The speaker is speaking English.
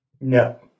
No